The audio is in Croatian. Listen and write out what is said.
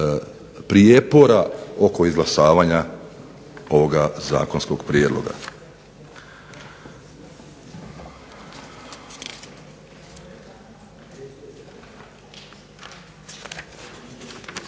prijepora oko izglasavanja ovoga zakonskog prijedloga.